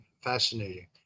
fascinating